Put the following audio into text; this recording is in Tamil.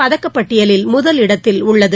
பதக்கப்பட்டியலில் முதலிடடத்தில் உள்ளது